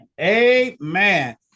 amen